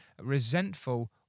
resentful